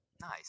Nice